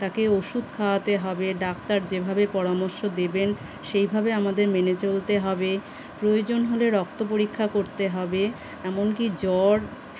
তাকে ওষুধ খাওয়াতে হবে ডাক্তার যেভাবে পরামর্শ দেবেন সেইভাবে আমাদের মেনে চলতে হবে প্রয়োজন হলে রক্ত পরীক্ষা করতে হবে এমন কি জ্বর